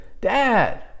Dad